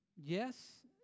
Yes